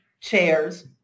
chairs